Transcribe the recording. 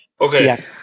Okay